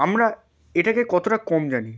আমরা এটাকে কতটা কম জানি